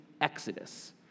exodus